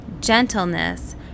gentleness